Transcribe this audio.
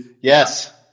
yes